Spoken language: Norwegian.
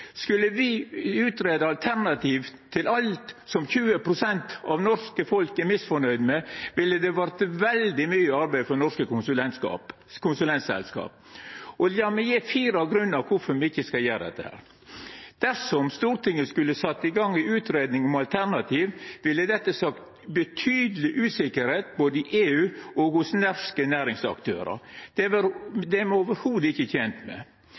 Skulle me greia ut alternativ til alt som 20 pst. av det norske folket er misfornøgde med, ville det vorte veldig mykje arbeid for norske konsulentselskap. La meg gje fire grunnar for kvifor me ikkje skal gjera det: Dersom Stortinget skulle sett i gang ei utgreiing av alternativ, ville det skapt betydeleg usikkerheit både i EU og hos norske næringsaktørar. Det er me slett ikkje tente med.